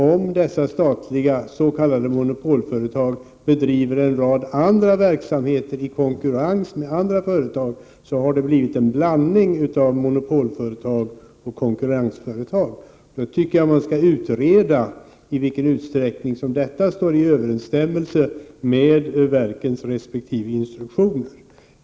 Om dessa statliga, s.k. monopolföretag, bedriver en rad andra verksamheter i konkurrens med andra företag har det blivit en blandning av monopolföretag och konkurrensföretag. Då tycker jag att man skall utreda i vilken utsträckning som detta står i överensstämmelse med verkens resp. instruktioner.